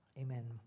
Amen